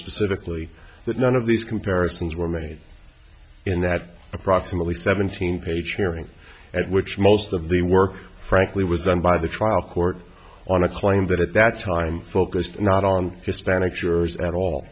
specifically that none of these comparisons were made in that approximately seventeen page hearing at which most of the work frankly was done by the trial court on a claim that at that time focused not on hispanic jurors at all